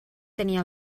tenia